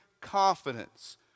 confidence